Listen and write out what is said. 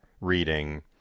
reading